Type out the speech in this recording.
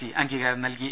C അംഗീകാരം നൽകി